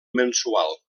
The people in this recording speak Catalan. mensual